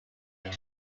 king